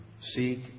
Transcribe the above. Seek